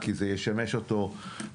אבל אני אשמח לוודא